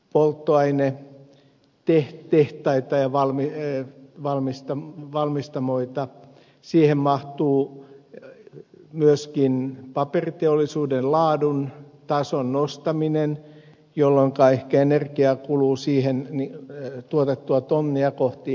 aukkoon mahtuu biopolttoainetehtaita ja valmistamoita siihen mahtuu myöskin paperiteollisuuden laadun tason nostaminen jolloinka ehkä energiaa kuluu siihen tuotettua tonnia kohti enemmän